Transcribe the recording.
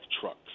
trucks